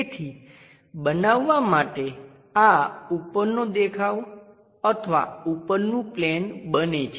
તેથી બનાવવાં માટે આ ઉપરનો દેખાવ અથવા ઉપરનું પ્લેન બને છે